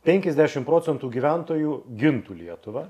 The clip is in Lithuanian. penkiasdešimt procentų gyventojų gintų lietuvą